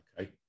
Okay